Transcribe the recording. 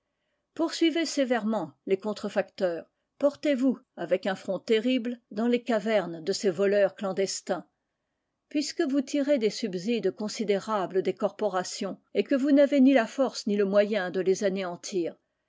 poursuivez sévèrement les contrefacteurs portez-vous avec un front terrible dans les cavernes de ces voleurs clandestins puisque vous tirez des subsides considérables des corporations et que vous n'avez ni la force ni le moyen de les anéantir